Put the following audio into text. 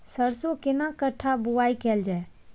सरसो केना कट्ठा बुआई कैल जाय?